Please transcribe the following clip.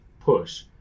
push